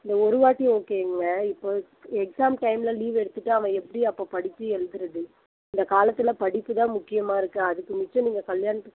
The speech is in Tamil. இந்த ஒரு வாட்டி ஓகேங்க இப்போ எக்ஸாம் டைமில் லீவ் எடுத்துவிட்டா அவன் எப்படி அப்போ படிச்சு எழுதுகிறது இந்த காலத்தில் படிப்பு தான் முக்கியமாக இருக்கு அதுக்கு முக்கியம் நீங்கள் கல்யாணத்துக்கு